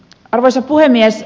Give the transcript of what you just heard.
arvoisa puhemies